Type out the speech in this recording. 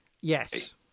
Yes